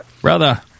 Brother